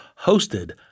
hosted